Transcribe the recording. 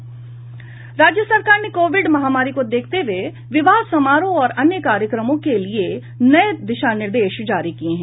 राज्य सरकार ने कोविड महामारी को देखते हुए विवाह समारोह और अन्य कार्यक्रमों के लिए नए दिशा निर्देश जारी किये हैं